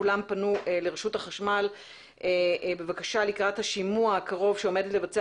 כולם פנו לרשות החשמל בבקשה לקראת השימוע הקרוב שעומדת לבצע